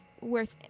worth